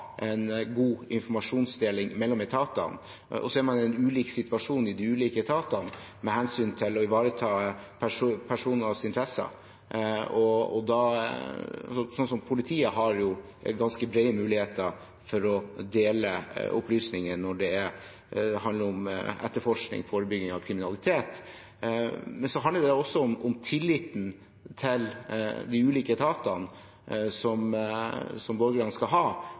en god informasjonsdeling mellom etatene, og så er man i en ulik situasjon i de ulike etatene med hensyn til å ivareta personers interesser – politiet har jo ganske brede muligheter til å dele opplysninger når det handler om etterforskning og forebygging av kriminalitet – men så handler det også om tilliten som borgerne skal ha til de ulike etatene.